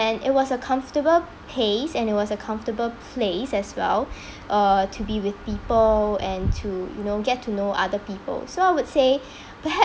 and it was a comfortable pace and it was a comfortable place as well uh to be with people and to you know get to know other people so I would say perha~